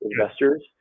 investors